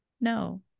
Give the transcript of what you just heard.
no